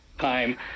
time